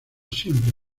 siempre